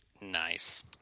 Nice